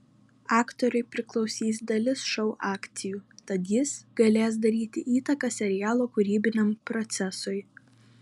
aktoriui priklausys dalis šou akcijų tad jis galės daryti įtaką serialo kūrybiniam procesui